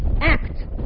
act